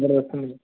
जरा आतमध्ये जा